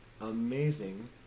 amazing